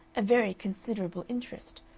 a very considerable interest,